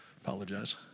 apologize